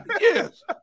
Yes